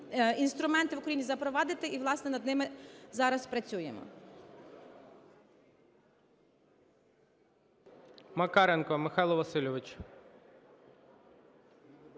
інструменти в Україні запровадити, і, власне, над ними зараз працюємо.